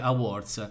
Awards